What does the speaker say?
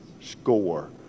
score